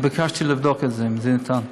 ביקשתי לבדוק את זה, אם זה ניתן.